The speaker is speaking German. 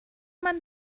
man